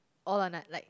all or nut like